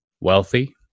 wealthy